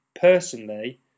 personally